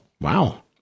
wow